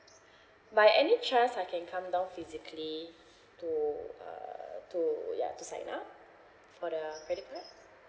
by any chance I can come down physically to uh to ya to sign up for the credit card